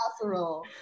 Casserole